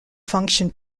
function